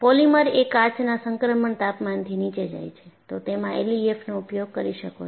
polymer એ કાચના સંક્રમણ તાપમાનથી નીચે જાય છે તો તેમાં એલઈએફએમ નો ઉપયોગ કરી શકો છો